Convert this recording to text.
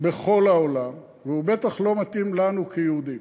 בכל העולם, והוא בטח לא מתאים לנו כיהודים